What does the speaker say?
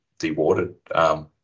dewatered